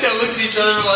so looked at each other